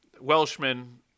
Welshman